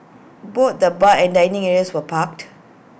both the bar and dining areas were packed